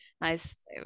nice